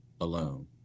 alone